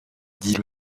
dit